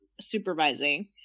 supervising